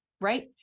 right